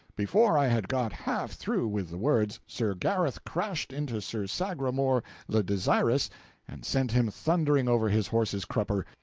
before i had got half through with the words, sir gareth crashed into sir sagramor le desirous and sent him thundering over his horse's crupper,